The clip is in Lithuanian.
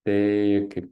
tai kaip